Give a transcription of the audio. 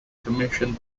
commissioned